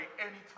anytime